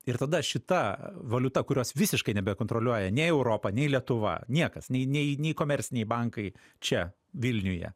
ir tada šita valiuta kurios visiškai nebekontroliuoja nei europa nei lietuva niekas nei nei nei komerciniai bankai čia vilniuje